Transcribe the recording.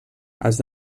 als